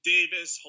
Davis